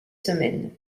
semaine